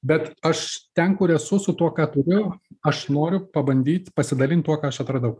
bet aš ten kur esu su tuo ką turiu aš noriu pabandyt pasidalint tuo ką aš atradau